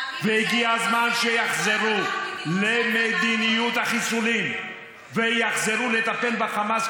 הגיע הזמן שיחזרו למדיניות החיסולים ויחזרו לטפל בחמאס,